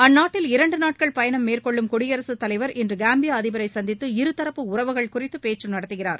அந்நாட்டில் இரண்டு நாட்கள் பயணம் மேற்கொள்ளும் குடியரகத் தலைவர் இன்று காம்பியா அதிபரை சந்தித்து இருதரப்பு உறவுகள் குறித்து பேச்சு நடத்துகிறார்